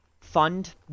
fund